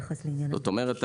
זאת אומרת,